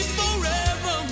forever